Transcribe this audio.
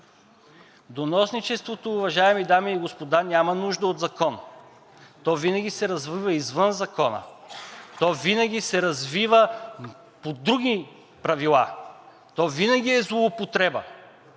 Доносничеството, уважаеми дами и господа, няма нужда от закон. То винаги се развива извън закона. То винаги се развива по други правила. То винаги е злоупотреба.